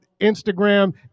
Instagram